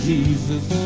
Jesus